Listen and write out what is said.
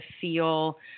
feel